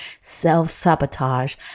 self-sabotage